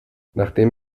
nachdem